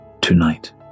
tonight